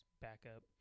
backup